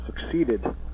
succeeded